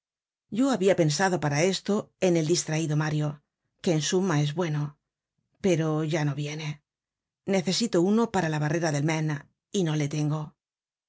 yo habia pensado para esto en el distraido mario que en suma es bueno pero ya no viene necesito uno para la barrera del maine y no le tengo